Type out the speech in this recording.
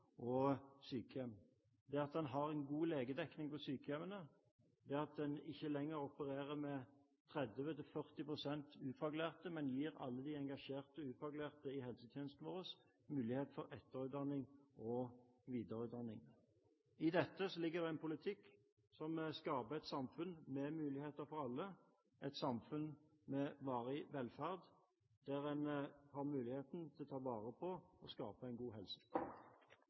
og sykehjem, er at en har god legedekning på sykehjemmene, og at en ikke lenger opererer med 30–40 pst. ufaglærte, men gir alle de engasjerte ufaglærte i helsetjenesten vår mulighet til etterutdanning og videreutdanning. I dette ligger det også en politikk som skaper et samfunn med muligheter for alle, et samfunn med varig velferd, der en har mulighet til å ta vare på og skape en god helse.